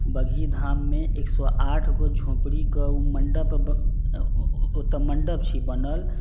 बगही धाममे एक सओ आठ गो झोपड़ीके ओ मण्डप ओतऽ मण्डप छै बनल